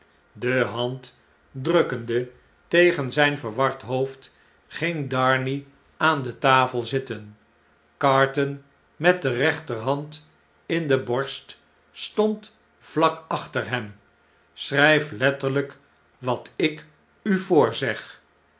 de hand drukkende tegen zyn verward hoofd ging darnay aan de tafel zitten carton met de rechterhand in de borst stond vlak achter hem schrn'f letterljjk wat ik u